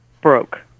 broke